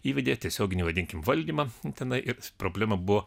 įvedė tiesioginį vadinkim valdymą tenai ir problema buvo